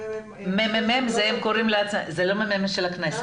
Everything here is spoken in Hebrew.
הממ"מ --- זה לא הממ"מ של הכנסת.